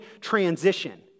transition